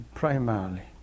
primarily